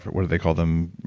but what do they call them?